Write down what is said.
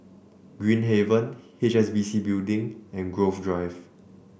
Green Haven H S B C Building and Grove Drive